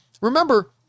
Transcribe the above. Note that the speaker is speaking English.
Remember